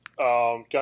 Got